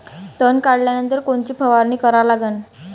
तन काढल्यानंतर कोनची फवारणी करा लागन?